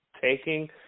taking